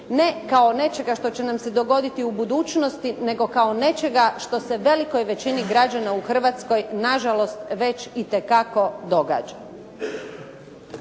Ne kao nečega što će nam se dogoditi u budućnosti, nego kao nečega što se velikoj većini građana u Hrvatskoj na žalost već itekako događa.